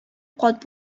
кат